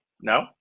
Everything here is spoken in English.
No